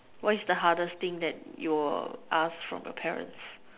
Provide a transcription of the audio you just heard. what's the hardest thing that your ask from your parents